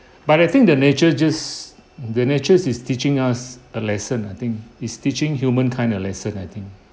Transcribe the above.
but I think the nature just the nature is teaching us a lesson I think it's teaching humankind a lesson I think